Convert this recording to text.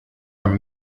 are